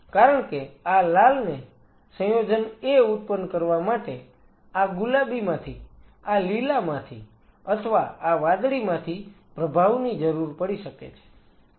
કારણ કે આ લાલને સંયોજન A ઉત્પન્ન કરવા માટે આ ગુલાબીમાંથી આ લીલામાંથી અથવા આ વાદળીમાંથી પ્રભાવની જરૂર પડી શકે છે